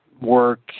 work